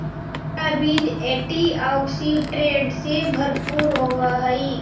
chia बीज antioxidant से भरपूर होवअ हई